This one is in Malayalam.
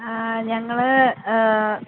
ഞങ്ങള്